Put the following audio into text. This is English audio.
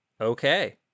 Okay